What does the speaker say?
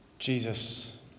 Jesus